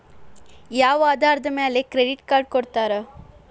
ಯಾವ ಆಧಾರದ ಮ್ಯಾಲೆ ಕ್ರೆಡಿಟ್ ಕಾರ್ಡ್ ಕೊಡ್ತಾರ?